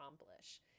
accomplish